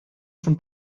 schon